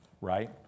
right